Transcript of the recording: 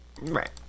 Right